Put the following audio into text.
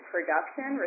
production